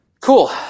cool